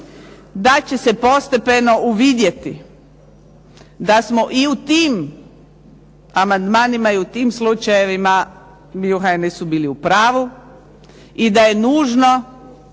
da će se postepeno uvidjeti da smo i u tim amandmanima i u tim slučajevima mi u HNS-u bili u pravu i da je nužno